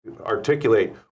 articulate